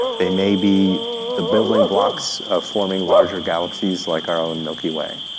they may be the building blocks of forming larger galaxies like our own milky way.